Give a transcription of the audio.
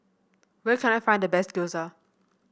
where can I find the best Gyoza